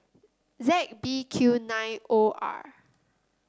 Z B Q nine O R